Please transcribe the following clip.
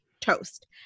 Toast